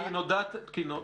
לא, לא.